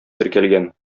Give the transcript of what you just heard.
теркәлгән